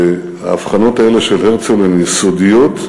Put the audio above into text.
האבחנות האלה של הרצל הן יסודיות,